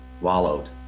wallowed